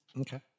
okay